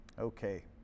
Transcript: Okay